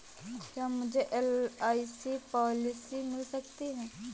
क्या मुझे LIC policy मिल सकती है?